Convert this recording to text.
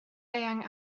eang